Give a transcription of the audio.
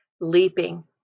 leaping